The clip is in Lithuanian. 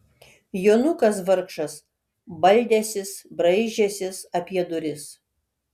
jonukas vargšas baldęsis braižęsis apie duris